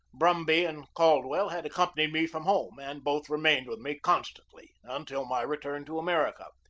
brumby and caldwell had accom panied me from home, and both remained with me constantly until my return to america.